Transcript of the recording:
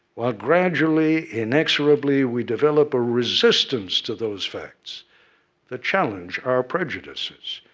while gradually, inexorably, we develop a resistance to those facts that challenge our prejudices.